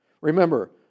Remember